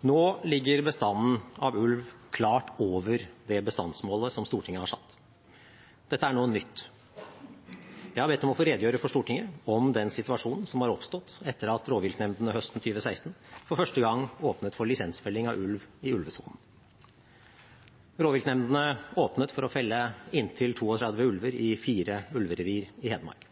Nå ligger bestanden av ulv klart over bestandsmålet som Stortinget har satt. Dette er noe nytt. Jeg har bedt om å få redegjøre for Stortinget om den situasjonen som har oppstått etter at rovviltnemndene høsten 2016 for første gang åpnet for lisensfelling av ulv i ulvesonen. Rovviltnemndene åpnet for å felle inntil 32 ulver i fire ulverevir i Hedmark.